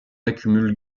accumule